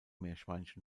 meerschweinchen